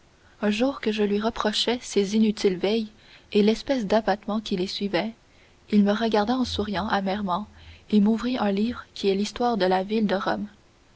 un jour que je lui reprochais ses inutiles veilles et l'espèce d'abattement qui les suivait il me regarda en souriant amèrement et m'ouvrit un livre qui est l'histoire de la ville de rome